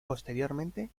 posteriormente